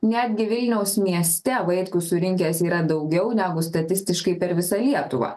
netgi vilniaus mieste vaitkus surinkęs yra daugiau negu statistiškai per visą lietuvą